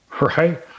right